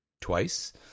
twice